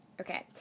Okay